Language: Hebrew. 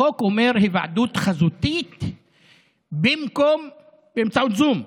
החוק אומר היוועדות חזותית באמצעות זום,